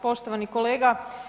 Poštovani kolega.